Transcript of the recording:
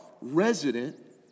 resident